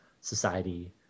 society